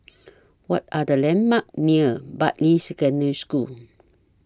What Are The landmarks near Bartley Secondary School